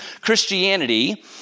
Christianity